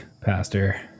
Pastor